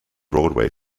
broadway